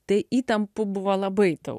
tai įtampų buvo labai daug